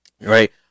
right